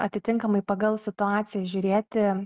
atitinkamai pagal situaciją žiūrėti